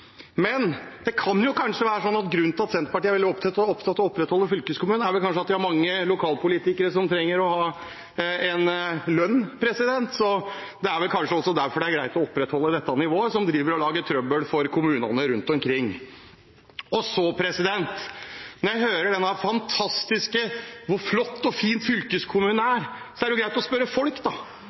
Det kan være sånn at grunnen til at Senterpartiet er veldig opptatt av å opprettholde fylkeskommunen, kanskje er at de har mange lokalpolitikere som trenger å ha en lønn. Det er vel kanskje derfor det er greit å opprettholde dette nivået, som driver og lager trøbbel for kommunene rundt omkring. Når jeg hører om hvor fantastisk, flott og fin fylkeskommunen er, er det jo greit å spørre folk. Fylkestinget i Vestfold og Telemark ville ikke spørre folket i en folkeavstemning, men det ble gjort en undersøkelse. Da